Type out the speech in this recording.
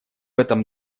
этом